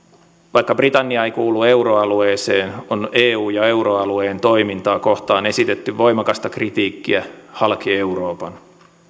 vaikka britannia ei kuulu euroalueeseen on eu ja euroalueen toimintaa kohtaan esitetty voimakasta kritiikkiä halki euroopan